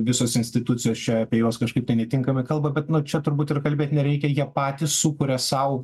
visos institucijos čia apie juos kažkaip tai netinkamai kalba bet nu čia turbūt ir kalbėt nereikia jie patys sukuria sau